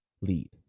lead